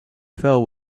fell